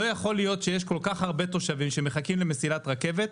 לא יכול להיות שיש כל כך הרבה תושבים שמחכים למסילת רכבת.